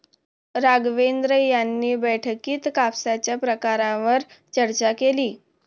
राघवेंद्र यांनी बैठकीत कापसाच्या प्रकारांवर चर्चा केली